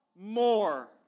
more